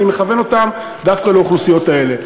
אני מכוון דווקא לאוכלוסיות האלה.